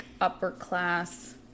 upper-class